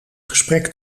gesprek